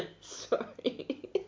Sorry